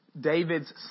David's